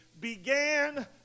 began